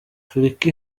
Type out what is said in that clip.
afurika